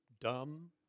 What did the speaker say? dumb